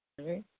Okay